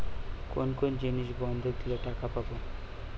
কোন কোন জিনিস বন্ধক দিলে টাকা পাব?